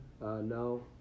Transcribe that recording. No